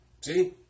See